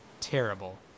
terrible